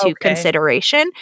consideration